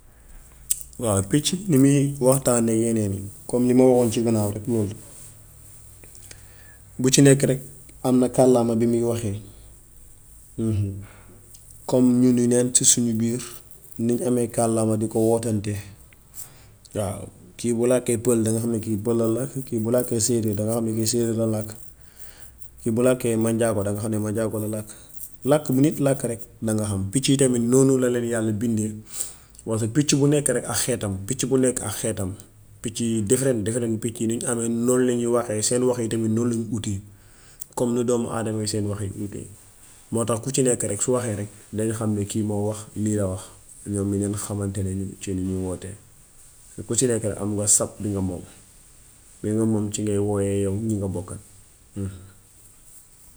Waaw picc ni muy waxtaane yeneen yi comme li ma waxoon ci ginaar rekk loolu; bu ci nekk rekk am na kàllaama bu muy waxe comme ñuni neen ci suñu biir, niñ amee kàllaama di ko wooteentee waaw kii bu làkkee pël danga xam kii pullo la. Kii bu làkkee séeréer danga xam séeréer la làkk. Kii bu làkkee mànjaako danga xam mànjaako la làkk. Làkk bu nit làkk rekk daŋ ko xam. Picc tamit noonu la leen yàlla bindee. Waxi picc bu nekk rekk ak xeetam picc bu nekk ak xeetam; picc yi def ren def ren. Picc yi niñ amee noon lañuy waxee. Seen wax yi itam noon lañ uutee comme ni doomu aadama yi seen wax yi uutee. Moo tax ku ci nekk, su waxee rekk dañ xam ne kii moo wax, lii la wax. Ñoom dinañ xamantane ci ni ñuy wootee. Ku ci nekk am nga sab bi nga moom. Noonu moom ci nga wowee yaw ci ñi nga bokkal.